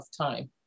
time